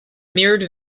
mirrored